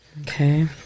Okay